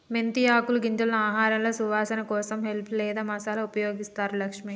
మెంతి ఆకులు గింజలను ఆహారంలో సువాసన కోసం హెల్ప్ లేదా మసాలాగా ఉపయోగిస్తారు లక్ష్మి